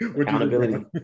Accountability